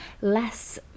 less